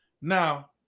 Now